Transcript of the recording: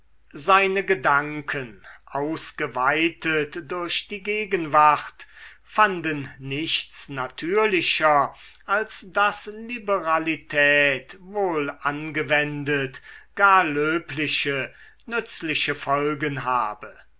seine gedanken ausgeweitet durch die gegenwart fanden nichts natürlicher als daß liberalität wohl angewendet gar löbliche nützliche folgen habe